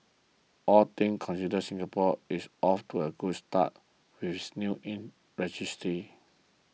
all things considered Singapore is off to a good start with its new registry